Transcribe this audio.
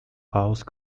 house